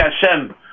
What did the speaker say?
Hashem